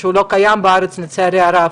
שלא קיימים בארץ לצערי הרב,